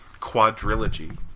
quadrilogy